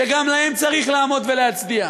שגם להם צריך לעמוד ולהצדיע.